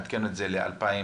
לעדכן את זה ל-2020.